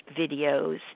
videos